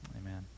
amen